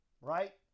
right